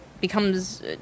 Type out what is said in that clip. becomes